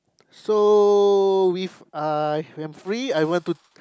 so with uh I'm free I want to